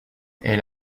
elle